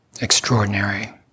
extraordinary